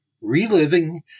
Reliving